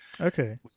Okay